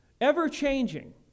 ever-changing